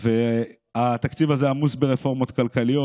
התקציב הזה עמוס ברפורמות כלכליות,